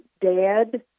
dad